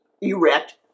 erect